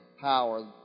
power